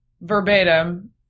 verbatim